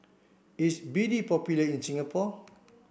is B D popular in Singapore